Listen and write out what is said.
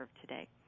today